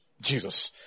Jesus